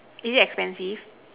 is it expensive